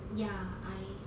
ya